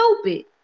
stupid